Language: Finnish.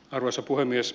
arvoisa puhemies